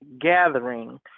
gathering